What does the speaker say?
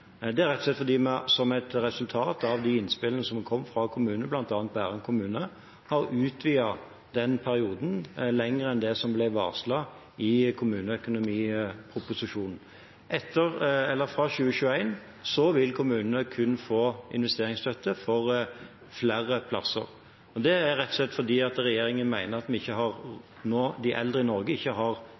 Det er rett og slett et resultat av de innspillene som har kommet fra kommunene, bl.a. Bærum kommune. Man har utvidet den perioden lenger enn det som var varslet i kommuneproposisjonen. Fra 2021 vil kommunene kun få investeringsstøtte til flere plasser. Det er rett og slett fordi regjeringen mener at de eldre i Norge ikke har tid til Arbeiderpartiets vente-og-se-holdning i